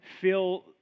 feel